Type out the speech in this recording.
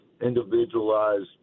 individualized